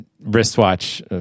wristwatch